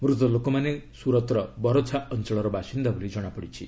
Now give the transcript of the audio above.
ମୂତ ଲୋକମାନେ ସୁରତର ବରଛା ଅଞ୍ଚଳର ବାସିନ୍ଦା ବୋଲି ଜଣାପଡ଼ିଛି